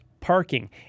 parking